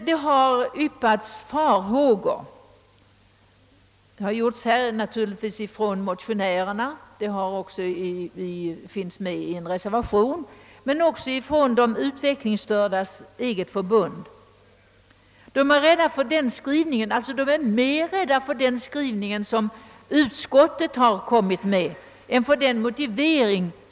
Det har framförts farhågor från motionärerna och reservanterna men också från de utvecklingsstördas eget för bund, som anser att den skrivning som utskottet gjort är mer ägnad att inge farhågor än skrivningen i statsrådets motivering.